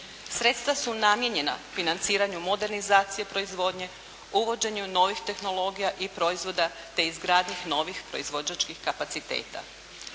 Sredstva su namijenjena financiranju modernizacije proizvodnje uvođenju novih tehnologija i proizvoda, te izgradnji novih proizvođačkih kapaciteta.